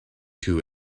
two